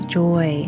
joy